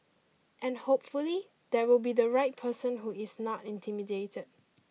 and hopefully there will be the right person who is not intimidated